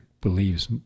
believes